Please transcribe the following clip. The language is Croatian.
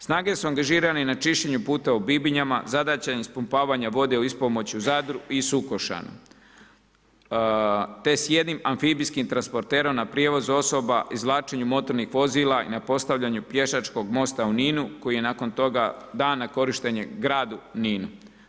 Snage su angažirane i na čišćenju puta u Bibinjama, zadaća ispumpavanja vode u ispomoći u Zadru i Sukošanu te s jednim amfibijskim transporterom na prijevoz osoba, izvlačenju motornih vozila, na postavljanju pješačkog mosta u Ninu koji je nakon toga dan na korištenje gradu Ninu.